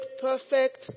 perfect